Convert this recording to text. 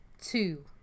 Two